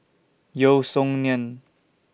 Yeo Song Nian